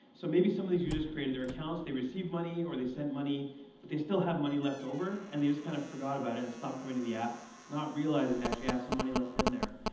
so maybe some of these you just created their accounts they received money or they sent money but they still have money left over and they just kind of forgot about it and stopped coming to the app not realizing they actually have some money left in there.